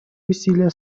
усилия